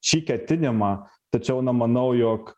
šį ketinimą tačiau na manau jog